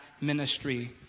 ministry